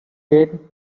gain